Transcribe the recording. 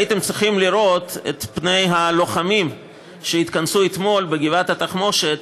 הייתם צריכים לראות את פני הלוחמים שהתכנסו אתמול בגבעת התחמושת,